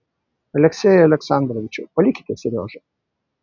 aleksejau aleksandrovičiau palikite seriožą